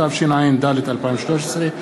התשע"ד 2013,